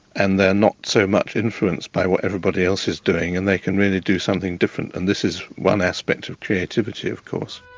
and they are not so much influenced by what everybody else is doing and they can really do something different. and this is one aspect of creativity, of course.